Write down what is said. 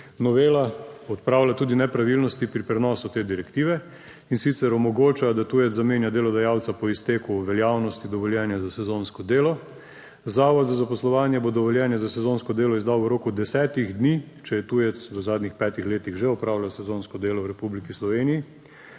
novela odpravlja tudi nepravilnosti pri prenosu te direktive. In sicer omogoča, da tujec zamenja delodajalca po izteku veljavnosti dovoljenja za sezonsko delo. Zavod za zaposlovanje bo dovoljenje za sezonsko delo izdal v roku desetih dni, če je tujec v zadnjih petih letih že opravljal sezonsko delo v Republiki Sloveniji.